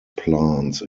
plants